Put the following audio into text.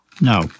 No